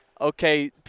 okay